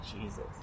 Jesus